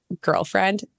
girlfriend